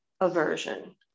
aversion